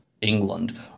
England